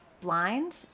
blind